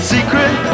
Secret